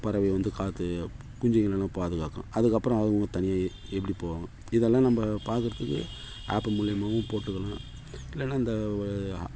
பறவை வந்து காத்து குஞ்சுகளை எல்லாம் பாதுகாக்கும் அதுக்கப்புறம் அதுவும் தனி எப்படி போகும் இதெல்லாம் நம்ம பார்க்கறதுக்கு ஆப் மூலமாகவும் போட்டுக்கலாம் இல்லைன்னா இந்த